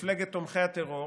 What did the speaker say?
מפלגת תומכי הטרור.